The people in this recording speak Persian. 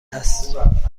است